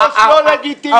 המטוס לא לגיטימי.